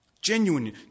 genuine